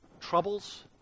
troubles